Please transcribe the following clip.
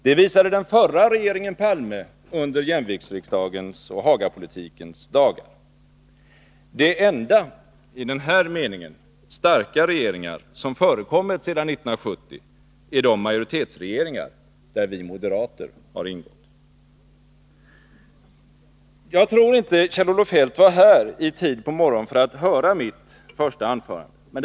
Det visade den förra regeringen Palme under jämviktsriksdagens och Hagapoli 35 tikens dagar. De enda i den här meningen starka regeringar som förekommit sedan 1970 är de majoritetsregeringar där vi moderater har ingått. Jag tror inte att Kjell-Olof Feldt var här i tid på morgonen för att höra mitt första anförande.